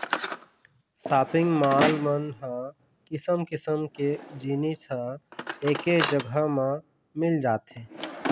shopping mall मन ह किसम किसम के जिनिस ह एके जघा म मिल जाथे